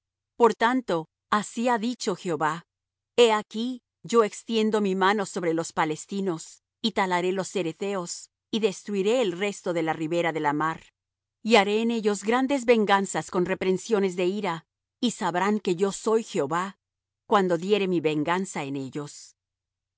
por tanto así ha dicho jehová he aquí yo extiendo mi mano sobre los palestinos y talaré los ceretheos y destruiré el resto de la ribera de la mar y haré en ellos grandes venganzas con reprensiones de ira y sabrán que yo soy jehová cuando diere mi venganza en ellos y